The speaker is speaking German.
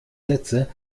sätze